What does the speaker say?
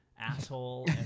asshole